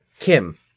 kim